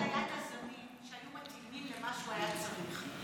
לכל אחד היו הזנים שהיו מתאימים למה שהוא היה צריך,